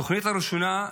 בתוכנית הראשונה,